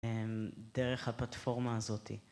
דרך הפלטפורמה הזאת...